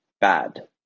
bad